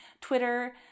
Twitter